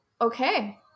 okay